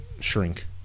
shrink